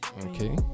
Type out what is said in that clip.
okay